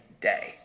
day